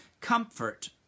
Comfort